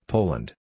Poland